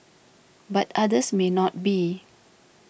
but others may not be